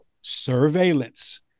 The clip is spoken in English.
Surveillance